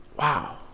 wow